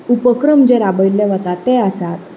उपक्रम जे राबयल्ले वतात ते आसात